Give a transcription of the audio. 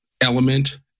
element